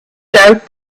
doubt